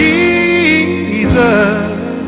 Jesus